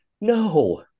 No